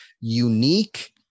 unique